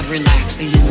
Relaxing